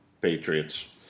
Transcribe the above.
Patriots